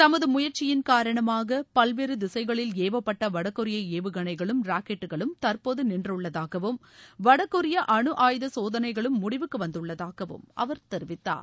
தமது முயற்சியின் காரணமாக பல்வேறு திசைகளில் ஏவப்பட்ட வடகொரிய ஏவுகணைகளும் ராக்கெட்டுகளும் தற்போது நின்றுள்ளதாகவும் வடகொரிய அனு ஆயுத சோதனைகளும் முடிவுக்கு வந்துள்ளதாகவும் அவர் தெரிவித்தார்